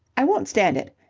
i won't stand it.